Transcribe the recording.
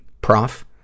Prof